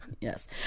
Yes